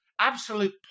absolute